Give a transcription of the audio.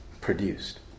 produced